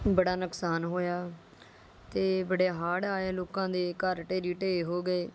ਬੜਾ ਨੁਕਸਾਨ ਹੋਇਆਂ ਅਤੇ ਬੜੇ ਹੜ੍ਹ ਆਏ ਲੋਕਾਂ ਦੇ ਘਰ ਢੇਰੀ ਢਹਿ ਹੋ ਗਏ